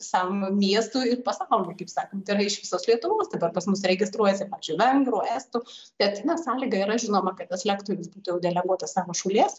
visam miestui ir pasauliui kaip sakant tai yra iš visos lietuvos dabar pas mus registruojasi pačių vengrų estų sutartinė sąlyga yra žinoma kad tas lektorius būtų jau deleguotas savo šalies